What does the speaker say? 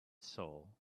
soul